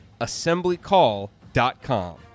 assemblycall.com